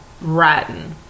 rotten